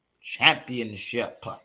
Championship